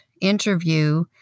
interview